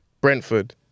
Brentford